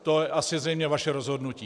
To je asi zřejmě vaše rozhodnutí.